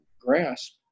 grasp